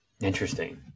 Interesting